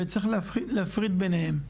וצריך להפריד ביניהם.